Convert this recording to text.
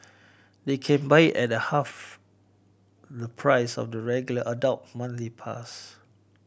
they can buy it at half the price of the regular adult monthly pass